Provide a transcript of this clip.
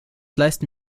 leisten